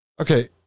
Okay